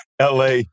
LA